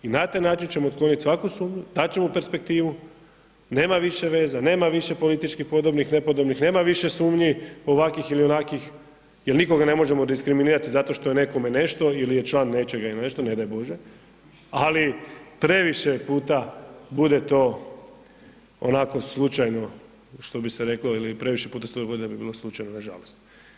I na taj način ćemo otkloniti svaku sumnju, dat će mu perspektivu, nema više veza, nema više politički podobnih, nepodobnih, nema više sumnji ovakvih ili onakvih jel nikoga ne možemo diskriminirati zato što je nekome nešto ili je član nečega ili nešto, ne daj Bože, ali previše puta bude to onako slučajno što bi se reklo ili previše puta se to dogodilo da bi bilo slučajno nažalost.